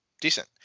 decent